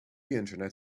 internet